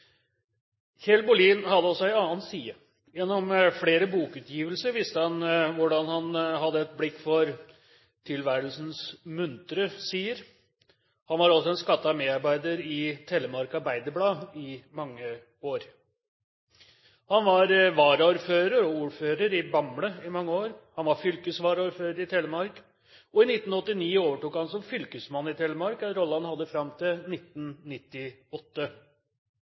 Kjell Bohlin hadde også en annen side: Gjennom flere bokutgivelser viste han hvordan han hadde et blikk for tilværelsens muntre sider. Han var også en skattet medarbeider i Telemark Arbeiderblad i mange år. Han var varaordfører og ordfører i Bamble i mange år, han var fylkesvaraordfører i Telemark. I 1989 overtok han som fylkesmann i Telemark, en rolle han hadde fram til 1998.